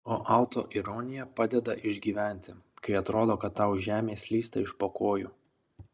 o autoironija padeda išgyventi kai atrodo kad tau žemė slysta iš po kojų